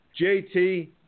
JT